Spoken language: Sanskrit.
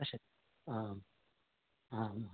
पश्यतु आम्